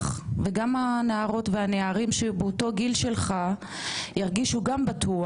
וגם הנערות והנערים שבאותו גיל שלך ירגישו גם בטוח.